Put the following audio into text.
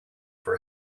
for